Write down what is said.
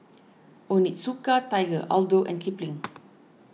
Onitsuka Tiger Aldo and Kipling